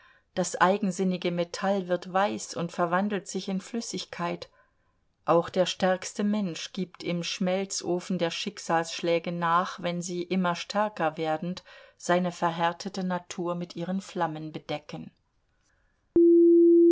das eigensinnige metall wird weiß und verwandelt sich in flüssigkeit auch der stärkste mensch gibt im schmelzofen der schicksalsschläge nach wenn sie immer stärker werdend seine verhärtete natur mit ihren flammen belecken